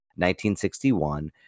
1961